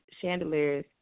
chandeliers